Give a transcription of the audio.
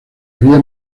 había